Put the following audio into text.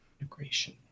Integration